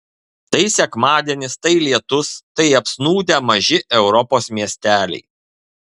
tai sekmadienis tai lietus tai apsnūdę maži europos miesteliai